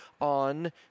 on